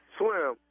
swim